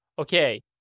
Okay